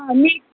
अँ निग्